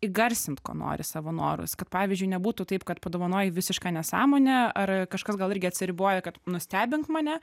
įgarsint ko nori savo norus kad pavyzdžiui nebūtų taip kad padovanojai visišką nesąmonę ar kažkas gal irgi atsiriboja kad nustebink mane